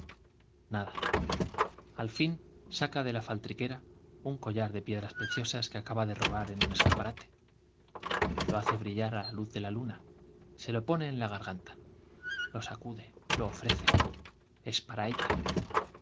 nada al fin saca de la faltriquera un collar de pie dras preciosas que acaba de robar en un escaparate lo hace brillar á la luz de la luna se lo pone en la garganta lo sacude lo ofrece es para ella